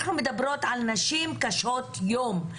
אנחנו מדברות על נשים קשות יום,